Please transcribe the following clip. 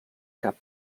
cap